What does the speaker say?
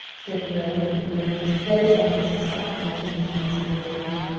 said will with the glibness that is almost second nature with youths of his age,